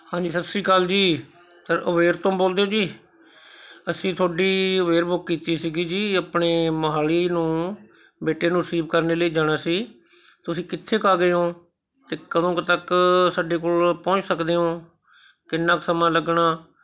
ਹਾਂਜੀ ਸਤਿ ਸ਼੍ਰੀ ਅਕਾਲ ਜੀ ਸਰ ਓਵੇਰ ਤੋਂ ਬੋਲਦੇ ਓਂ ਜੀ ਅਸੀਂ ਤੁਹਾਡੀ ਓਵੇਰ ਬੁੱਕ ਕੀਤੀ ਸੀਗੀ ਜੀ ਆਪਣੇ ਮਹਾਲੀ ਨੂੰ ਬੇਟੇ ਨੂੰ ਰਿਸੀਵ ਕਰਨੇ ਲਈ ਜਾਣਾ ਸੀ ਤੁਸੀਂ ਕਿੱਥੇ ਕ ਆ ਗਏ ਓਂ ਅਤੇ ਕਦੋਂ ਕੁ ਤੱਕ ਸਾਡੇ ਕੋਲ ਪਹੁੰਚ ਸਕਦੇ ਓਂ ਕਿੰਨਾ ਕੁ ਸਮਾਂ ਲੱਗਣਾ